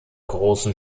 großen